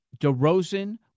DeRozan